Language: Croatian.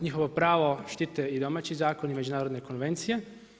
Njihovo pravo štite i domaći zakoni, međunarodne konvencije.